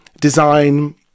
design